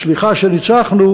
סליחה שניצחנו.